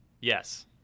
Yes